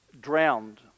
drowned